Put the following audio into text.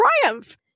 triumph